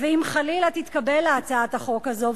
ואם חלילה תתקבל הצעת החוק הזאת,